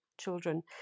Children